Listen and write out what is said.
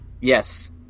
Yes